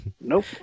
Nope